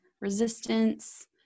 resistance